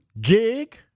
gig